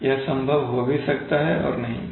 यह संभव हो भी सकता है और नहीं भी